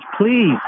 please